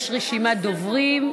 יש רשימת דוברים.